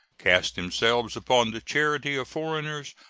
cast themselves upon the charity of foreigners,